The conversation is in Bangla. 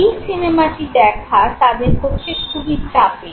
এই সিনেমাটি দেখা তাদের পক্ষে খুবই চাপের